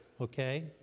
okay